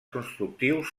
constructius